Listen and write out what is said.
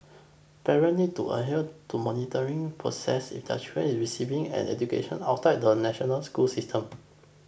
parents need to adhere to monitoring processes if their child is receiving an education outside the national school system